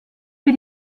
bei